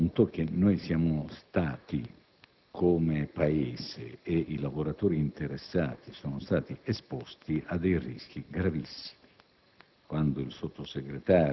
Ci rendiamo conto che noi, come Paese, e i lavoratori interessati siamo stati esposti a rischi gravissimi.